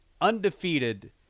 undefeated